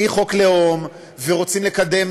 מחוק לאום ורוצים לקדם